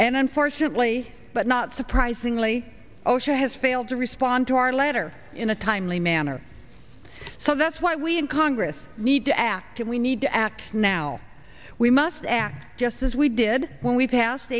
and unfortunately but not surprisingly osha has failed to respond to our letter in a timely manner so that's why we in congress need to act and we need to act now we must act just as we did when we passed